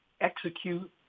execute